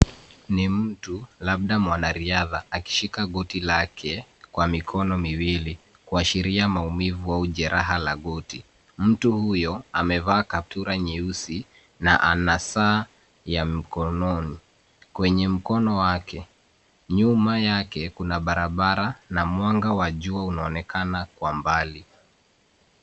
Ni mtu labda mwanariadha akishika goti lake kwa mikono miwili kuashiria maumivu au jeraha la goti. Mtu huyo amevaa kaptura nyeusi na ana saa ya mkononi kwenye mkono wake. Nyuma yake kuna barabara na mwanga wa jua unaonekana kwa mbali.